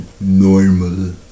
normal